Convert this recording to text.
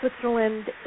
Switzerland